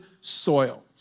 soil